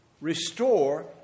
restore